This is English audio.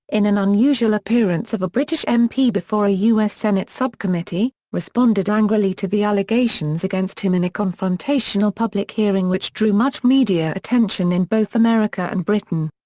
in an unusual appearance of a british mp before a us senate subcommittee, responded angrily to the allegations against him in a confrontational public hearing which drew much media attention in both america and britain.